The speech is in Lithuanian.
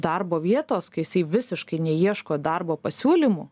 darbo vietos kai jisai visiškai neieško darbo pasiūlymų